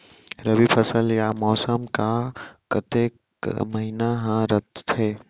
रबि फसल या मौसम हा कतेक महिना हा रहिथे?